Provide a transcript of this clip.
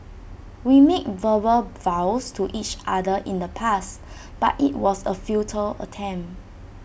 we made verbal vows to each other in the past but IT was A futile attempt